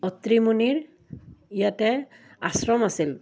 অত্ৰিমুণিৰ ইয়াতে আশ্ৰম আছিল